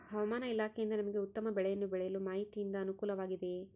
ಹವಮಾನ ಇಲಾಖೆಯಿಂದ ನಮಗೆ ಉತ್ತಮ ಬೆಳೆಯನ್ನು ಬೆಳೆಯಲು ಮಾಹಿತಿಯಿಂದ ಅನುಕೂಲವಾಗಿದೆಯೆ?